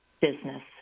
business